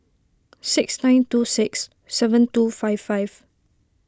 six nine two six seven two five five